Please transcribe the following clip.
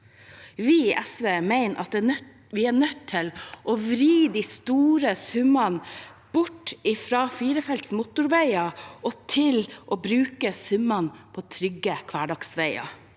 Vi i SV mener vi er nødt til å vri de store summene bort fra firefelts motorveier og til å bruke dem på trygge hverdagsveier.